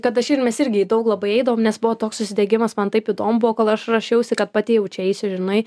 kad aš ir mes irgi daug labai eidavom nes buvo toks užsidegimas man taip įdomu buvo kol aš ruošiausi kad pati jau čia eisiu žinai